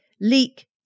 leek